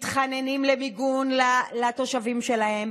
מתחננים למיגון לתושבים שלהם,